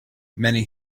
many